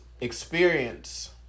experience